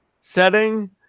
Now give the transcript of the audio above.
setting